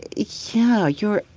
yeah, you're,